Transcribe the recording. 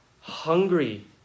hungry